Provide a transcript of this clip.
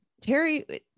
terry